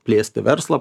plėsti verslą